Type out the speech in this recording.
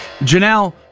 Janelle